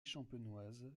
champenoise